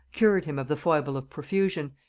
cured him of the foible of profusion,